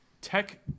tech